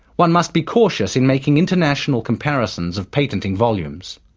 one must be cautious in making international comparisons of patenting volumes.